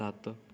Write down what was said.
ਸੱਤ